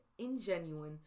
ingenuine